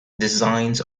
designs